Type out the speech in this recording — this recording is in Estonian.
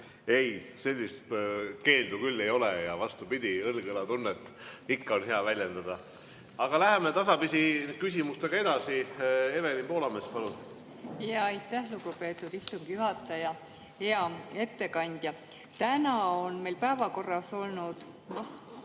Ei, sellist keeldu küll ei ole. Vastupidi, õlg õla tunnet on ikka hea väljendada. Aga läheme tasapisi küsimustega edasi. Evelin Poolamets, palun! Aitäh, lugupeetud istungi juhataja! Hea ettekandja! Täna on meil päevakorras